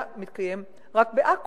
היה מתקיים רק בעכו,